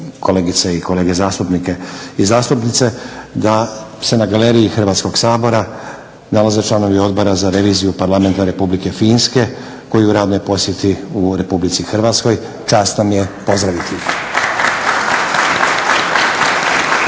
kolegice i kolege zastupnike i zastupnice da se na galeriji Hrvatskog sabora nalaze članovi Odbora za reviziju Parlamenta Republike Finske koji je u radnoj posjeti u Republici Hrvatskoj. Čast nam je pozdraviti ih.